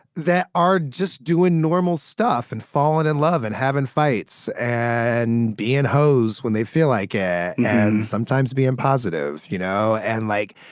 that are just doing normal stuff and falling in love and having fights and being hoes when they feel like it yeah and sometimes being positive, you know, and, like,